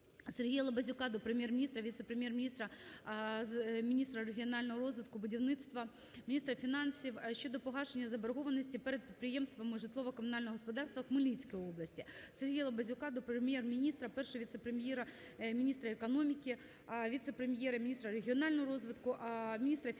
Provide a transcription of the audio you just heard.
Сергія Лабазюка до Прем'єр-міністра, віце-прем’єр-міністра - міністра регіонального розвитку, будівництва, міністра фінансів щодо погашення заборгованості перед підприємствами житлово-комунального господарства Хмельницької області. Сергія Лабазюка до Прем'єр-міністра, Першого віце-прем'єра - міністра економіки, віце-прем’єра - міністра регіонального розвитку, міністра фінансів